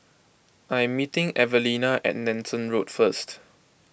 I am meeting Evelina at Nanson Road first